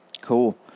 Cool